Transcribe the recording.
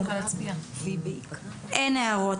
אין הערות.